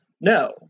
No